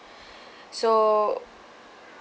so